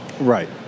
Right